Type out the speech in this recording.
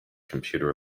computer